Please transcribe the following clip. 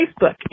Facebook